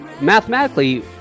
mathematically